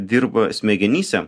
dirba smegenyse